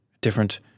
different